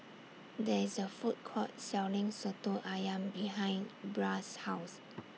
There IS A Food Court Selling Soto Ayam behind Bria's House